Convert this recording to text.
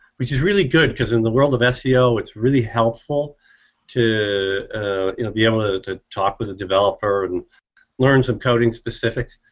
which is really good because in the world of seo it's really helpful to be able to talk with the developer and learn some coding specifics.